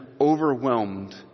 overwhelmed